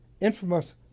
infamous